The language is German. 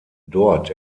dort